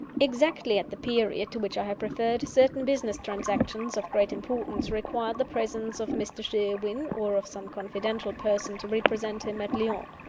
exactly at the period to which i have referred, certain business transactions of great importance required the presence of mr. sherwin, or of some confidential person to represent him, at lyons.